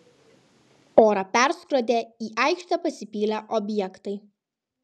orą perskrodė į aikštę pasipylę objektai